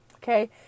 Okay